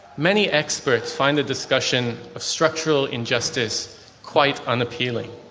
many experts find the discussion of structural injustice quite unappealing.